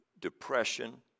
depression